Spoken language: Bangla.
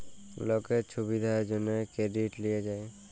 লকের ছুবিধার জ্যনহে কেরডিট লিয়া যায়